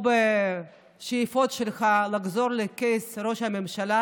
או בשאיפות שלך לחזור לכס ראש הממשלה,